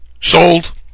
sold